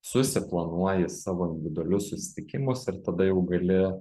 susiplanuoji savo individualius susitikimus ir tada jau gali